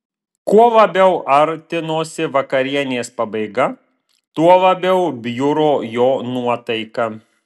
kuo labiau artinosi vakarienės pabaiga tuo labiau bjuro jo nuotaika